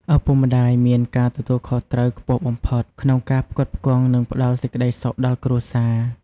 ឪពុកម្ដាយមាន ការទទួលខុសត្រូវខ្ពស់បំផុត ក្នុងការផ្គត់ផ្គង់ និងផ្ដល់សេចក្តីសុខដល់គ្រួសារ។